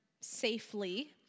safely